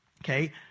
okay